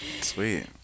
Sweet